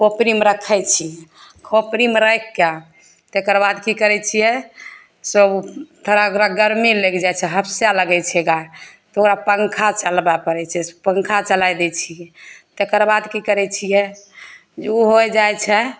खोपड़ीमे रखय छियै खोपड़ीमे राखिके तकर बाद की करय छियै से थोड़ा ओकरा गरमी लागि जाइ छै हफसइ लगय छै गाय ओकरा पङ्खा चलबय पड़य छै पङ्खा चलाइ दै छियै तकर बाद की करय छियै जे उ हो जाइ छै